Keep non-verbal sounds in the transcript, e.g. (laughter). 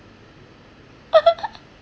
(laughs)